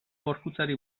gorputzari